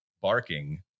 barking